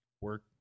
work